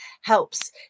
helps